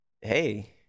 hey